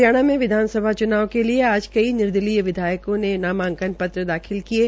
हरियाणा में विधानसभा च्नाव के लिए आज कई निर्दलीय विधायकों ने नामांकन पत्र दाखिल किये